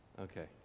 Okay